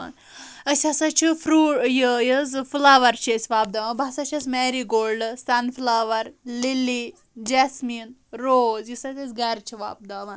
أسۍ ہسا چھِ یہِ یہِ حظ یہِ فٕلوَر چھِ أسۍ وۄپداوان بہٕ ہسا چھَس marigold sunflower lily jasmine rose یُس حظ أسۍ گرِ چھِ وۄپداون